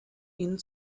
ihnen